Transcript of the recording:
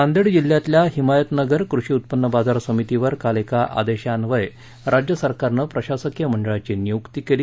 नांदेड जिल्ह्यातल्या हिमायतनगर कृषी उत्पन्न बाजार समितीवर काल एका आदेशान्वये राज्य सरकारनं प्रशासकीय मंडळाची नियूक्ति केली